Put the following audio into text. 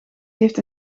heeft